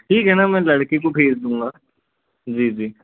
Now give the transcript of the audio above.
ठीक है ना मैं लड़के को भेज दूँगा जी जी